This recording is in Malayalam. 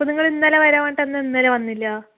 അപ്പോൾ നിങ്ങൾ ഇന്നലെ വരാന്ന് പറഞ്ഞിട്ട് ഇന്നലെ വന്നില്ല